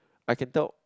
I can tell